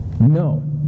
No